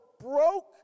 broke